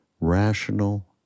rational